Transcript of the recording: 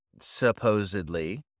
Supposedly